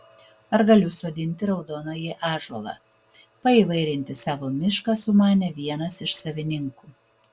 ar galiu sodinti raudonąjį ąžuolą paįvairinti savo mišką sumanė vienas iš savininkų